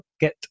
get